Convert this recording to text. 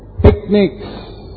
picnics